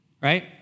right